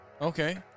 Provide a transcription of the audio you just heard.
Okay